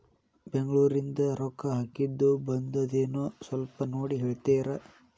ಬೆಂಗ್ಳೂರಿಂದ ರೊಕ್ಕ ಹಾಕ್ಕಿದ್ದು ಬಂದದೇನೊ ಸ್ವಲ್ಪ ನೋಡಿ ಹೇಳ್ತೇರ?